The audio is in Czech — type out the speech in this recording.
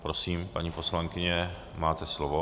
Prosím, paní poslankyně, máte slovo.